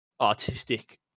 artistic